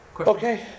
Okay